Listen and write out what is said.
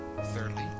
Thirdly